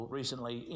recently